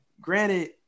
granted